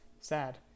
sad